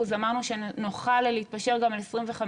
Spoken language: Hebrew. אמרנו שנוכל להתפשר גם על 25%,